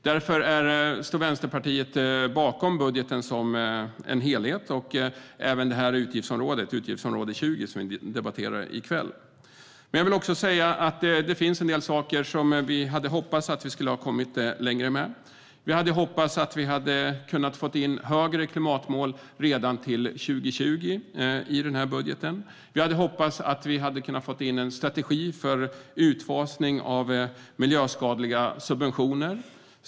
Därför står Vänsterpartiet bakom budgeten som helhet, liksom utgiftsområde 20 som vi debatterar i kväll. Jag vill också säga att det finns en del saker som vi hade hoppats att vi skulle ha kommit längre med. Vi hade hoppats att vi skulle ha kunnat få in högre klimatmål redan till 2020 i den här budgeten. Vi hade hoppats att vi skulle ha kunnat få in en strategi för utfasning av miljöskadliga subventioner.